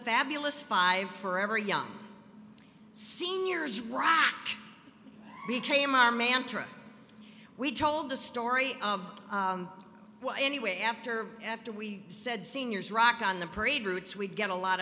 fabulous five forever young seniors rock became our mantra we told the story of anyway after after we said seniors rock on the parade routes we get a lot